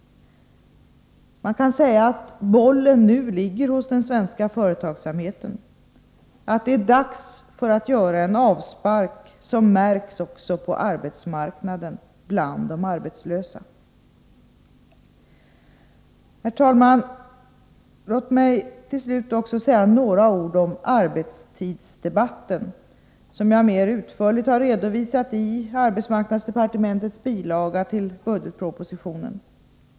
Man kan säga att bollen nu ligger hos den svenska företagsamheten. Det är dags för att göra en avspark som märks på arbetsmarknaden, bland de arbetslösa. Herr talman! Låt mig till slut säga några ord om arbetstidsdebatten, som jag mer utförligt har redovisat i arbetsmarknadsdepartementets bilaga till budgetpropositionen.